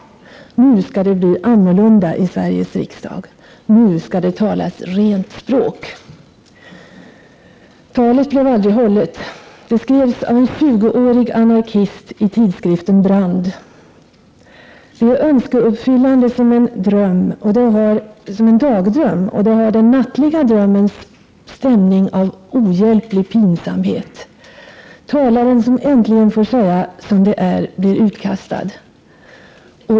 Nu ska det bli annorlunda i Sveriges riksdag. Nu ska det talas rent språk! Talet blev aldrig hållet. Det skrevs av en 20-årig anarkist i tidskriften Brand. Det är önskeuppfyllande som en dagdröm och har den nattliga drömmens stämning av ohjälplig pinsamhet. Talaren som äntligen får säga som det är blir utkastad.